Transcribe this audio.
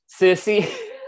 sissy